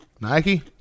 Nike